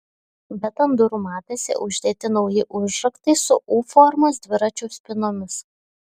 bet ant durų matėsi uždėti nauji užraktai su u formos dviračių spynomis